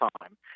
time